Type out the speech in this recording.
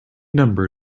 number